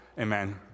Amen